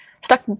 stuck